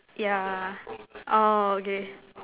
yeah oh okay